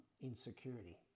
insecurity